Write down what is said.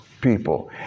people